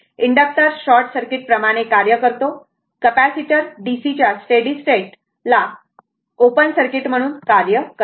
inductor short circuit प्रमाणे कार्य करतो कॅपेसिटर DCच्या स्टेडी स्टेटला ओपन सर्किट म्हणून कार्य करते